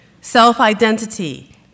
Self-identity